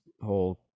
whole